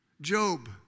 Job